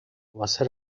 واسه